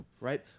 right